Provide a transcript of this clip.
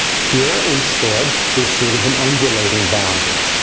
here, instead, there's sort of an undulating boundary.